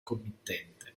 committente